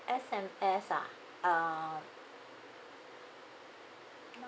S_M_S ah uh